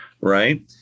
right